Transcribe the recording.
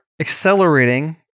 accelerating